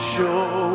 Show